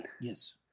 Yes